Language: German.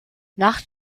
nach